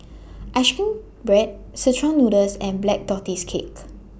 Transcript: Ice Cream Bread Szechuan Noodle and Black Tortoise Cake